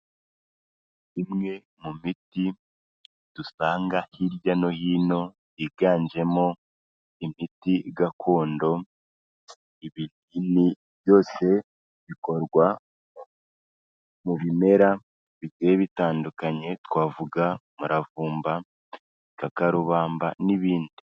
Imwe mu miti dusanga hirya no hino higanjemo imiti gakondo, ibinini byose bikorwa mu bimera biteye bitandukanye, twavuga umuravumba, igikakarubamba n'ibindi.